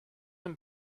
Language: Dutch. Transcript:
een